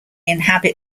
inhabit